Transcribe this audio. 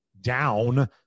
down